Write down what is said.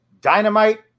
dynamite